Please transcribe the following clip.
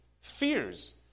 fears